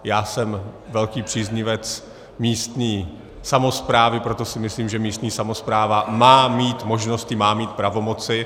Já jsem velký příznivec místní samosprávy, proto si myslím, že místní samospráva má mít možnosti, má mít pravomoci.